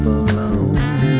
alone